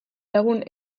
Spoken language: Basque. lagun